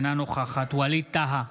אינה נוכחת ווליד טאהא,